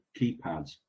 keypads